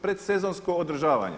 Predsezonsko održavanje.